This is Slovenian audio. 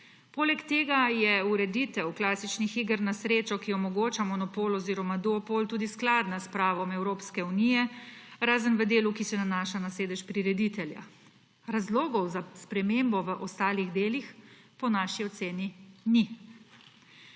Poleg tega je ureditev klasičnih iger na srečo, ki omogoča monopol oziroma duopol, tudi skladna s pravom Evropske unije, razen v delu, ki se nanaša na sedež prireditelja. Razlogov za spremembo v ostalih delih po naši oceni ni.